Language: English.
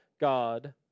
God